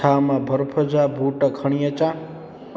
छा मां बर्फ़ जा बूट खणी अचा